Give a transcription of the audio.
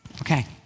Okay